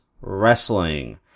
wrestling